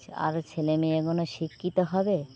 আরও ছেলেমেয়েগুলো শিক্ষিত হবে